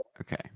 Okay